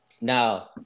now